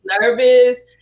nervous